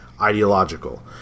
ideological